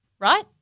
Right